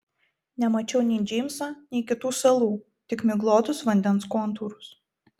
nemačiau nei džeimso nei kitų salų tik miglotus vandens kontūrus